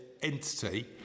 Entity